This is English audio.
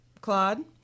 Claude